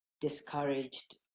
discouraged